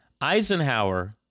Eisenhower